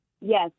Yes